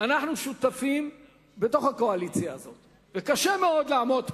אנו שותפים בקואליציה הזאת, וקשה מאוד לעמוד פה,